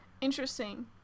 Interesting